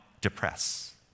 depress